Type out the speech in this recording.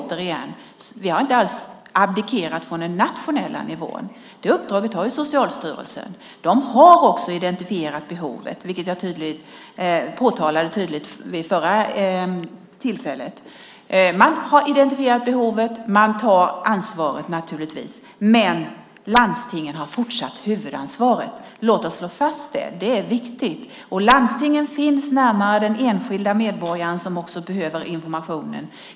Vi har inte abdikerat från den nationella nivån. Det uppdraget har Socialstyrelsen. De har också identifierat behovet, vilket jag påtalade tydligt vid förra tillfället. Man har identifierat behovet, och man tar naturligtvis ansvaret. Men landstingen har fortsatt huvudansvaret. Låt oss slå fast det. Det är viktigt. Landstingen finns närmare den enskilda medborgaren som behöver informationen.